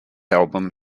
album